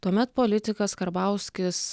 tuomet politikas karbauskis